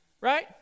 right